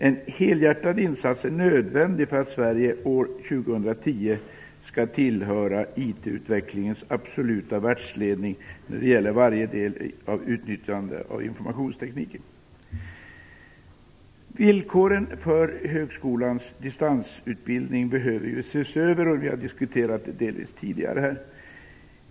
En helhjärtad insats är nödvändig om Sverige år 2010 skall tillhöra IT-utvecklingens absoluta världsledning när det gäller att till alla delar utnyttja informationstekniken. Villkoren för högskolans distansutbildning behöver ses över. Detta har vi delvis diskuterat här tidigare.